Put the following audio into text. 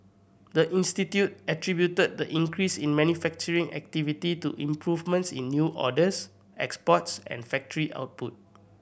the institute attributed the increase in manufacturing activity to improvements in new orders exports and factory output